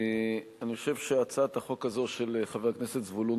אני חושב שהצעת החוק הזאת של חבר הכנסת זבולון